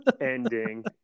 ending